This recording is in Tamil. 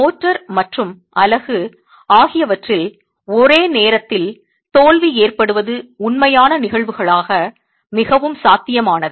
மோர்டார் மற்றும் அலகு ஆகியவற்றில் ஒரே நேரத்தில் தோல்வி ஏற்படுவது உண்மையான நிகழ்வுகளாக மிகவும் சாத்தியமானது